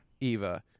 Eva